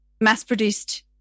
mass-produced